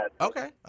Okay